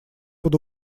под